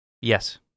Yes